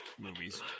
movies